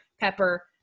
pepper